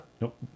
Nope